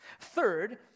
Third